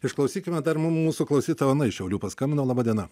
išklausykime dar mūsų klausyti tavo ana iš šiaulių paskambino laba diena